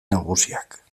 nagusiak